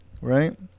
right